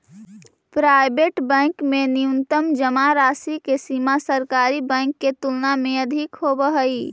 private bank में न्यूनतम जमा राशि के सीमा सरकारी बैंक के तुलना में अधिक होवऽ हइ